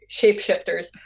shapeshifters